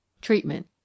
Treatment